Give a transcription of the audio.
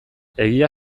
egia